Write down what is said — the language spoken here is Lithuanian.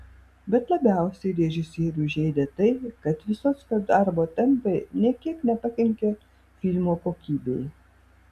bet labiausiai režisierių žeidė tai kad vysockio darbo tempai nė kiek nepakenkė filmo kokybei